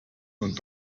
nun